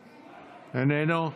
איננו,